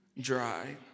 dry